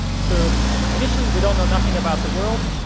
so initially, we don't know nothing about the world.